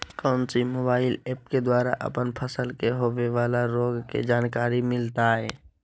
कौन सी mobile app के द्वारा अपन फसल के होबे बाला रोग के जानकारी मिलताय?